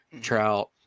trout